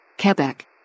Quebec